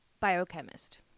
biochemist